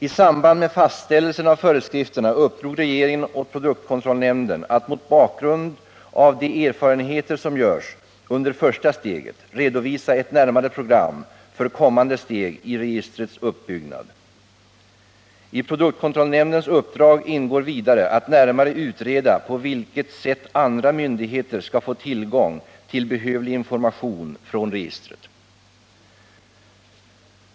I samband med fastställelsen av föreskrifterna uppdrog regeringen åt produktkontrollnämnden att mot bakgrund av de erfarenheter som görs under första steget redovisa ett närmare program för kommande steg i registrets uppbyggnad. I produktkontrollnämndens uppdrag ingår vidare att närmare utreda på vilket sätt andra myndigheter skall få tillgång till behövlig information från registret.